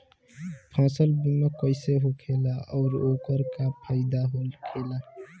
फसल बीमा कइसे होखेला आऊर ओकर का फाइदा होखेला?